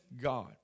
God